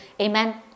amen